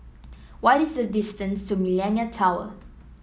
what is the distance to Millenia Tower